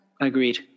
Agreed